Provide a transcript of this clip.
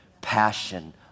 passion